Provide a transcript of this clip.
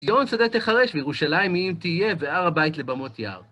ציון, שדה תחרש, ירושלים ימים תהיה, והר הבית לבמות יער.